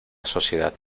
sociedad